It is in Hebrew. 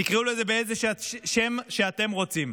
תקראו לזה באיזה שם שאתם רוצים,